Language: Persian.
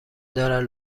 دارد